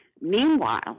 Meanwhile